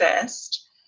first